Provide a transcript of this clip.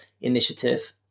initiative